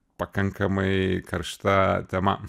pakankamai karšta tema